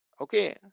Okay